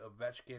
Ovechkin